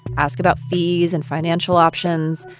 ask about fees and financial options,